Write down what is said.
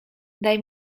daj